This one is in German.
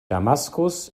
damaskus